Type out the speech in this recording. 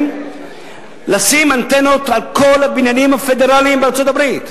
הן לשים אנטנות על כל הבניינים הפדרליים בארצות-הברית,